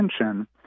attention